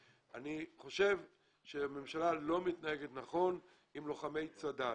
אני חושב שהממשלה לא מתנהגת נכון עם לוחמי צד"ל